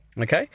okay